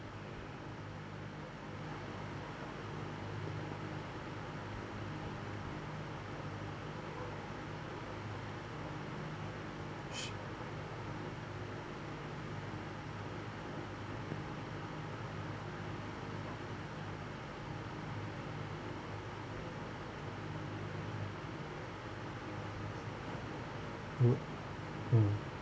mm mm